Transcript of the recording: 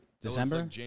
December